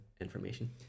information